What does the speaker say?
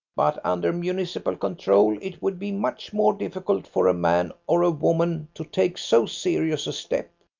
but under municipal control it would be much more difficult for a man or a woman to take so serious a step.